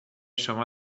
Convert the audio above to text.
شما